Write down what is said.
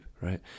right